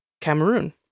Cameroon